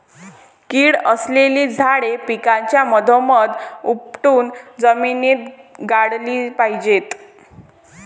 कीड असलेली झाडे पिकाच्या मधोमध उपटून जमिनीत गाडली पाहिजेत